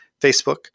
Facebook